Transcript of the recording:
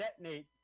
detonate